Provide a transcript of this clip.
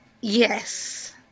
Yes